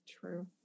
true